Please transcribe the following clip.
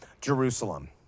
Jerusalem